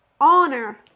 honor